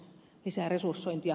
kysynkin